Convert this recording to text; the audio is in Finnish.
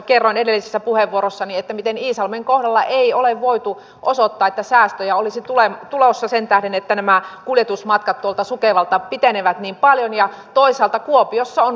kerroin edellisessä puheenvuorossani miten iisalmen kohdalla ei ole voitu osoittaa että säästöjä olisi tulossa sen tähden että kuljetusmatkat sukevalta pitenevät niin paljon ja toisaalta kuopiossa on ruuhkaa